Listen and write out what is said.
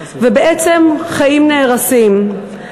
ובעצם חיים נהרסים.